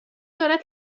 دارد